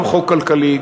גם חוק כלכלי,